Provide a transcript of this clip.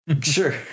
Sure